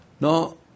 No